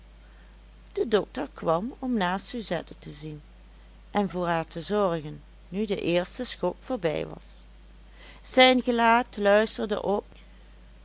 de dokter kwam om naar suzette te zien en voor haar te zorgen nu de eerste schok voorbij was zijn gelaat luisterde op